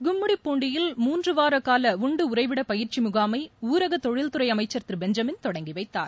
கும்மிடிபூண்டியில் மூன்று வாரக்கால உண்டு உறைவிட பயிற்சி முகாமை ஊரக தொழில் துறை அமைச்சர் திரு பெஞ்சமின் தொடங்கி வைத்தார்